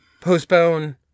postpone